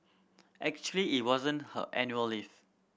actually it wasn't her annual leave